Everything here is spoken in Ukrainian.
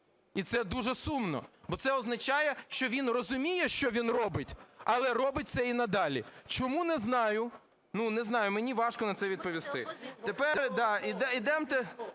і це дуже сумно, бо це означає, що він розуміє, що він робить, але робить це і надалі. Чому? Не знаю, ну не знаю, мені важко на це відповісти. Може, він